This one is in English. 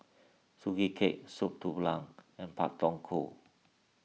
Sugee Cake Soup Tulang and Pak Thong Ko